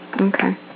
Okay